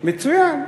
מצוין.